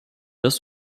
das